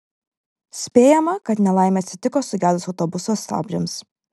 spėjama kad nelaimė atsitiko sugedus autobuso stabdžiams